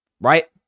right